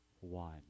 one